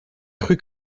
cru